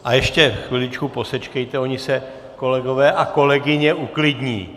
A ještě chviličku posečkejte, oni se kolegové a kolegyně uklidní.